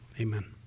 Amen